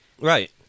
right